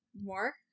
More